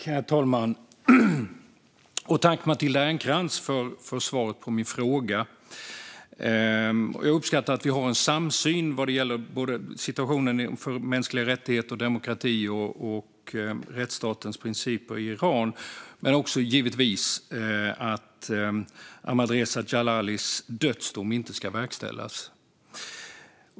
Herr talman! Jag tackar Matilda Ernkrans för svaret på min fråga. Jag uppskattar att vi har en samsyn vad gäller både situationen för mänskliga rättigheter, demokrati och rättsstatens principer i Iran och givetvis att dödsdomen mot Ahmadreza Djalali inte ska verkställas.